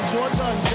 Jordan